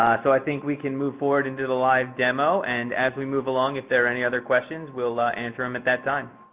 so i think we can move forward into the live demo. and as we move along, if there are any other questions, we'll answer them at that time.